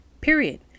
period